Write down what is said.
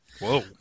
Whoa